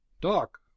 doc